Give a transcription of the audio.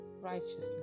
righteousness